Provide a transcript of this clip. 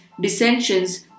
dissensions